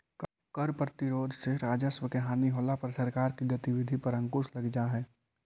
कर प्रतिरोध से राजस्व के हानि होला पर सरकार के गतिविधि पर अंकुश लग जा हई